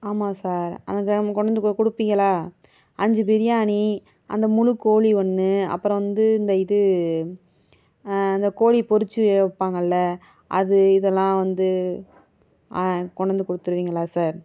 ஆமாம் சார் அங்கே கொண்டு வந்து கொடுப்பிங்ளா அஞ்சு பிரியாணி அந்த முழு கோழி ஒன்று அப்புறம் வந்து இந்த இது இந்த கோழி பொறிச்சு வைப்பாங்களே அது இதெல்லாம் வந்து கொண்டாந்து கொடுத்துடுவிங்களா சார்